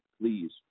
Please